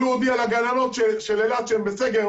הודיע לגננות של אלעד שהן בסגר,